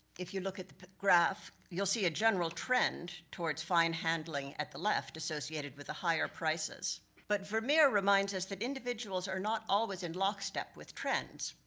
if you look at the graph, you'll see a general trend towards fine handling at the left, associated with the higher prices. but vermeer reminds us, that individuals are not always in lockstep with trends.